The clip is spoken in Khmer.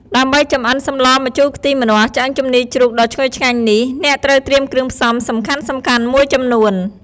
ដើម្បីចម្អិនសម្លម្ជូរខ្ទិះម្នាស់ឆ្អឹងជំនីរជ្រូកដ៏ឈ្ងុយឆ្ងាញ់នេះ អ្នកត្រូវត្រៀមគ្រឿងផ្សំសំខាន់ៗមួយចំនួន។